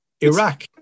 Iraq